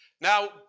Now